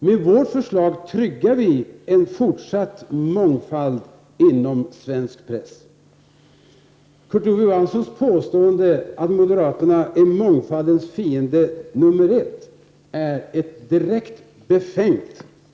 Med vårt förslag tryggar vi en fortsatt mångfald inom svensk press. Kurt Ove Johanssons påstående att moderaterna är mångfaldens fiende nr 1 är direkt befängt.